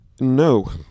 No